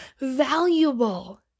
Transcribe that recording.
valuable